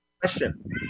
Question